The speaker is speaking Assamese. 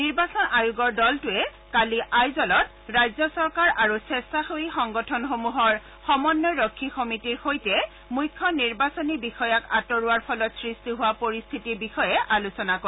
নিৰ্বাচন আয়োগৰ দলটোৱে কালি আইজলত ৰাজ্য চৰকাৰ আৰু স্বেচ্ছাসেৱী সংগঠনসমূহৰ সমন্বয়ৰক্ষী সমিতিৰ সৈতে মুখ্য নিৰ্বাচনী বিষয়াক আঁতৰোৱাৰ ফলত সৃষ্টি হোৱা পৰিখ্বিতিৰ বিষয়ে আলোচনা কৰে